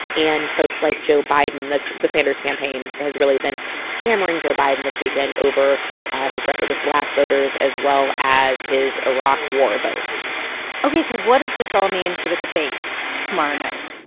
and folks like joe biden. like, the sanders campaign has really been hammering joe biden this weekend over his record with black voters as well as his iraq war vote ok, so what does this all mean for the debate tomorrow night?